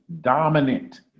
dominant